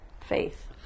faith